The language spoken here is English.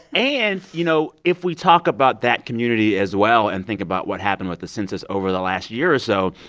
and, you know, if we talk about that community as well and think about what happened with the census over the last year or so,